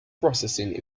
processing